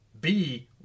B-